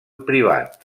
privat